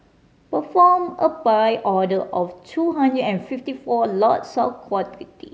perform a Buy order of two hundred and fifty four lots of equity